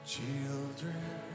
Children